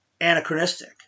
anachronistic